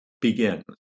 Begin